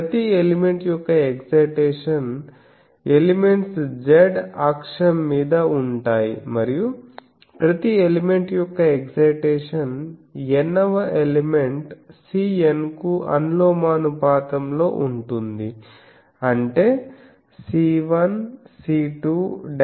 ప్రతి ఎలిమెంట్ యొక్క excitation elements z అక్షం మీద ఉంటాయి మరియు ప్రతి ఎలిమెంట్ యొక్క ఎక్సైటేషన్ N వ ఎలిమెంట్ Cn కు అనులోమానుపాతంలో ఉంటుంది అంటే C1 C2